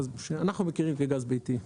אנחנו מכירים את זה כגז ביתי.